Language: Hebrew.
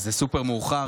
זה סופר-מאוחר,